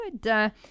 good